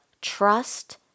trust